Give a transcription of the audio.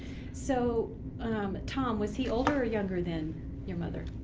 so tom, was he older or younger than your mother?